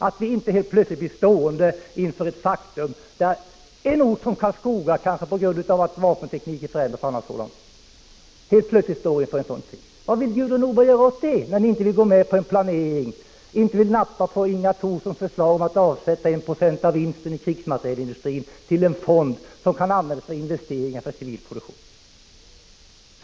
Vi vill inte bara plötsligt stå inför ett faktum, t.ex. på en ort som Karlskoga, kanske därför att vapentekniken har förändrats. Vad vill Gudrun Norberg göra i stället, när hon inte vill gå med på en planering? Hon vill inte nappa på Inga Thorssons förslag att avsätta I 20 av vinsterna i krigsmaterielindustrin till en fond som kan användas för investeringar för civil produktion.